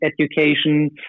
education